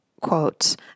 quotes